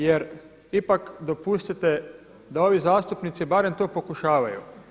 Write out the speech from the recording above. Jer ipak dopustite, da ovi zastupnici barem to pokušavaju.